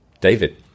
David